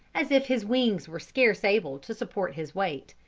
as if his wings were scarce able to support his weight.